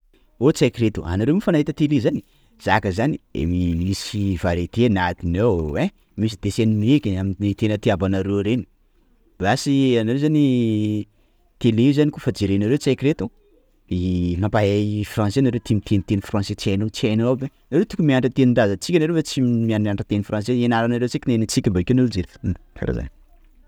O tsaiky reto anareo moa fa nahita télé zany? _x000D_ Zaka zany, misy variété anatiny ao ein! _x000D_ Misy dessin animé eky; amin'ny tena itiavanareo reny! _x000D_ Basy anareo zany i télé io zany kôfa jerenaroe tsaiky reto mampahay frantsay nareo tia miteniteny français tsy hainao tsy hainao aby hoe: nareo zany tokony mianatra tenin-drazantsika nareo fa tsy; miana- mianatra teny français ianaranareo tsenky ne ny antsika bakeo nareo kara zany.